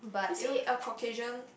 you see a occasion